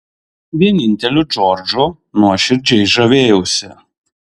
vieninteliu džordžu nuoširdžiai žavėjausi